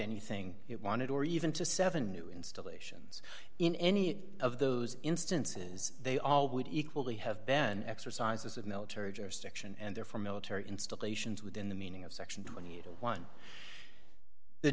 anything it wanted or even to seven new installations in any of those instances they all would equally have ben exercises of military justice and therefore military installations within the meaning of section twenty one